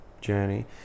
journey